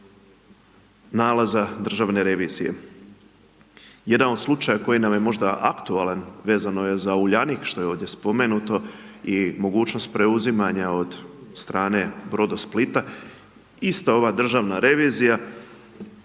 nalaza Državne revizije. Jedan od slučaja, koji nam je možda aktualan, vezano je za Uljanik, što je ovdje spomenuto i mogućnost preuzimanja od strane Brodosplita. Ista ova Državna revizija